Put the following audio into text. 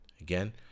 Again